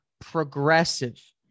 progressive